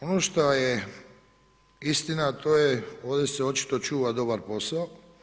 Ono šta je istina a to je ovdje se očito čuva dobar posao.